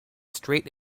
straight